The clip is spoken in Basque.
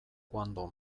quando